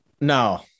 No